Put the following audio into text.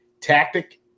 tactic